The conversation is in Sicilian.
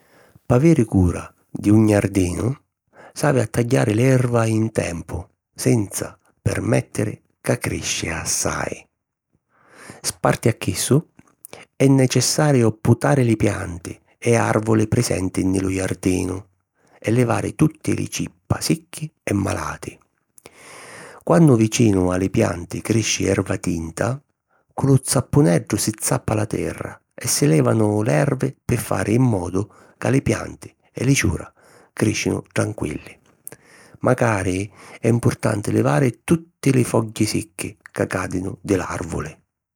P'aviri cura d'un jardinu, s'havi a tagghiari l’erva in tempu senza permèttiri ca crisci assai. Sparti a chissu, è necessariu putari li pianti e àrvuli prisenti nni lu jardinu e livari tutti li cippa sicchi e malati. Quannu vicinu a li pianti crisci erva tinta, cu lu zappuneddu si zappa la terra e si lèvanu l'ervi pi fari in modu ca li pianti e li ciura crìscinu tranquilli. Macari è mpurtanti livari tutti li fogghi sicchi ca càdinu di l'àrvuli..